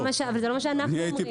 לא, זה לא מה שאנחנו אומרים.